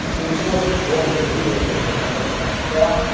to record longer videos than your competitors have,